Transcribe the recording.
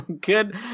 good